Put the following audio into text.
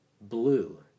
blue